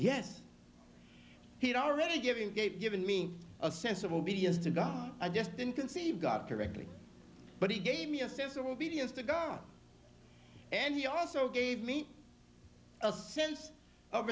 yes he'd already given gait given me a sense of obedience to god i just didn't conceive god directly but he gave me a sense of obedience to god and he also gave me a sense of